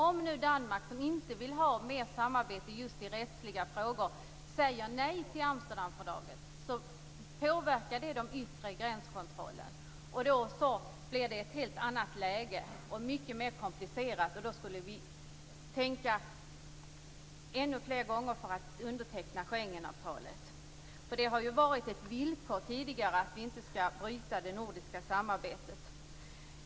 Om nu Danmark, som inte vill ha mer samarbete i just rättsliga frågor, säger nej till Amsterdamfördraget, påverkar det den yttre gränskontrollen. Då blir läget ett helt annat och mycket mer komplicerat. Därför borde vi tänka efter ännu fler gånger innan vi undertecknar Schengenavtalet. Det har ju tidigare varit ett villkor att vi inte skall bryta det nordiska samarbetet.